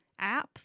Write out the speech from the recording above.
apps